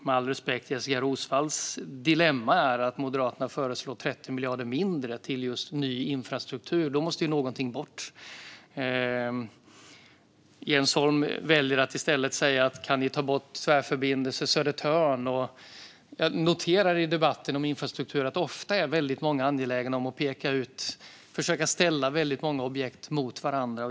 Med all respekt är Jessika Roswalls dilemma att Moderaterna föreslår 30 miljarder mindre till just ny infrastruktur. Då måste någonting bort. Jens Holm väljer i stället att säga att vi kan ta bort Tvärförbindelse Södertörn. När det gäller debatten om infrastruktur noterar jag ofta att många är angelägna om att försöka ställa objekt mot varandra.